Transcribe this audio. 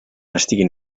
estiguin